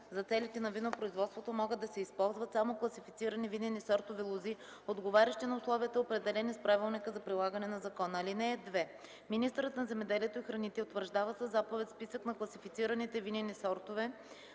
за целите на винопроизводството могат да се използват само класифицирани винени сортове лози, отговарящи на условията, определени с правилника за прилагане на закона. (2) Министърът на земеделието и храните утвърждава със заповед списък на класифицираните винени сортове